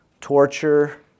torture